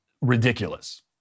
ridiculous